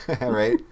right